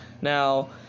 Now